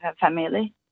family